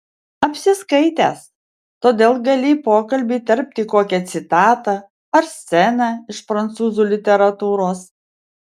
apsiskaitęs todėl gali į pokalbį įterpti kokią citatą ar sceną iš prancūzų literatūros